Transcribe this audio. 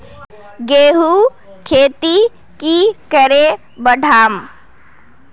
गेंहू खेती की करे बढ़ाम?